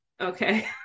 Okay